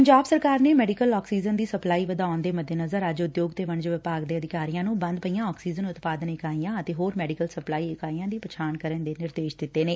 ਪੰਜਾਬ ਸਰਕਾਰ ਨੇ medical oxygen ਦੀ ਸਪਲਾਈ ਵਧਾਉਣ ਦੇ ਮੱਦੇਨਜ਼ਰ ਅੱਜ ਉਦਯੋਗ ਤੇ ਵਣਜ ਵਿਭਾਗ ਦੇ ਅਧਿਕਾਰੀਆਂ ਨੁੰ ਬੰਦ ਪਈਆਂ ਆਕਸੀਜਨ ਉਤਪਾਦਨ ਇਕਾਈਆਂ ਅਤੇ ਹੋਰ ਮੈਡੀਕਲ ਸਪਲਾਈ ਇਕਾਈਆਂ ਦੀ ਪਛਾਣ ਕਰਨ ਦੇ ਨਿਰਦੇਸ਼ ਦਿੱਤੇ ਨੇ